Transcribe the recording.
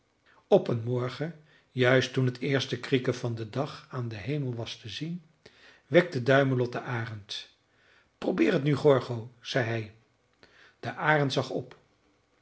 op een morgen juist toen het eerste krieken van den dag aan den hemel was te zien wekte duimelot den arend probeer het nu gorgo zei hij de arend zag op